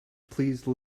please